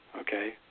Okay